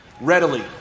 readily